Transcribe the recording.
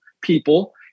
people